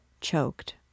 choked